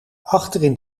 achterin